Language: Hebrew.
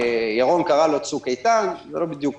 ירון קרא לו "צוק איתן", זה לא בדיוק